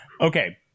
Okay